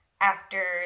actors